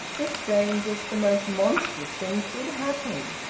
the strangest, the most monstrous things did happen.